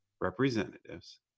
representatives